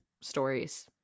stories